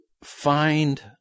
find